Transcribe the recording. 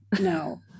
no